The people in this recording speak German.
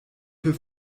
für